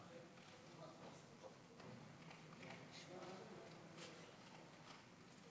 עד שזה עלה